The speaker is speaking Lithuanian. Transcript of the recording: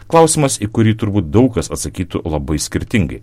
klausimas į kurį turbūt daug kas atsakytų labai skirtingai